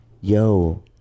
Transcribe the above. yo